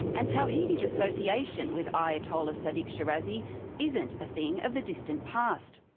and tawhidi's association with ayatollah sadiq shirazi isn't a thing of the distant past.